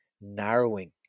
narrowing